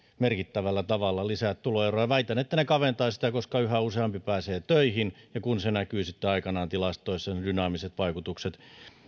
merkittävällä tavalla lisää tuloeroja väitän että se kaventaa niitä koska yhä useampi pääsee töihin ja se näkyy sitten aikanaan tilastoissa ne dynaamiset vaikutukset